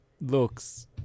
looks